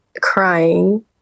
crying